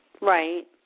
right